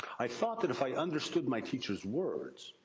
i thought that if i understood my teachers words,